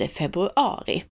februari